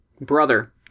brother